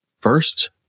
first